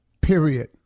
Period